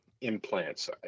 implants